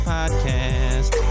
Podcast